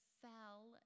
fell